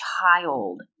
child